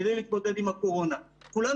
כדי להתמודד עם הקורונה.